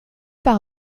par